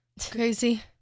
Crazy